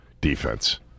defense